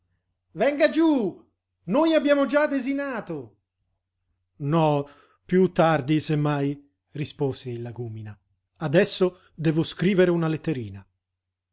venga giú noi abbiamo già desinato no piú tardi se mai rispose il lagúmina adesso devo scrivere una letterina